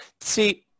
See